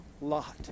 Lot